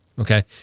Okay